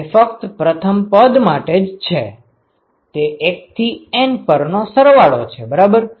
તે ફક્ત પ્રથમ પદ માટે જ છે તે 1 થી N પર નો સરવાળો છે બરાબર